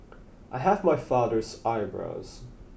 I have my father's eyebrows